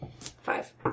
Five